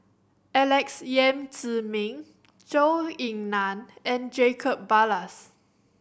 Alex Yam Ziming Zhou Ying Nan and Jacob Ballas